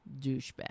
douchebag